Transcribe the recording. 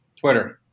Twitter